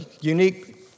unique